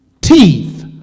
teeth